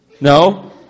no